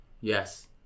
Yes